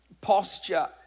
posture